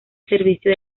servicio